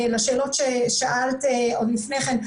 בהתייחס לשאלות ששאלת עוד לפני כן,